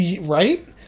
Right